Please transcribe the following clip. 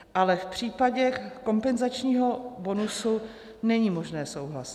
Ale v případě kompenzačního bonusu není možné souhlasit.